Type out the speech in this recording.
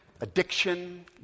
addiction